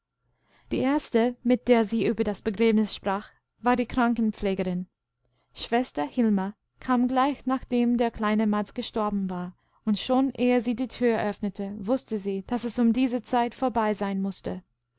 die erste mit der sie über das begräbnis sprach war die krankenpflegerin schwester hilma kam gleich nachdem der kleine mads gestorben war und schon ehe sie die tür öffnete wußte sie daß es um diese zeit vorbei sein mußte